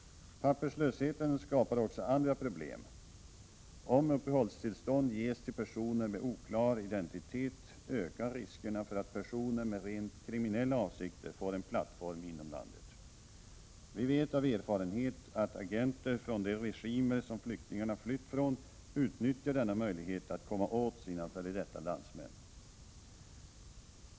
Papperslösheten skapar också andra problem. Om uppehållstillstånd ges till personer med oklar identitet ökar riskerna för att personer med rent kriminella avsikter får en plattform inom landet. Vi vet av erfarenhet att agenter från de regimer som flyktingarna flytt från utnyttjar denna möjlighet att komma åt sina f. d. landsmän.